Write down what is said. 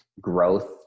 growth